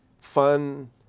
fun